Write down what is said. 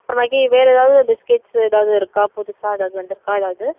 அப்பறமேக்கி வேறு எதாவது பிஸ்கெட்ஸு எதாவது இருக்கா புதுசாக எதாவது வந்திருக்கா எதாவது